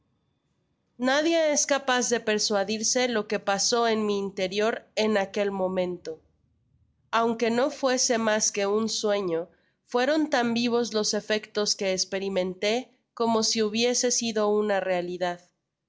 nadie es capaz de persuadirse lo que pasó en mi interior en aquel momento aunque no fuese mas que un sueño fueron tan vivos los efectos que esperimenté como si hubiese sido una realidad